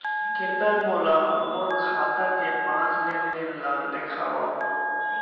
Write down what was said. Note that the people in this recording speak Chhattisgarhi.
कृपया मोला मोर खाता के पाँच लेन देन ला देखवाव